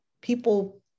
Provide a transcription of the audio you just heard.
people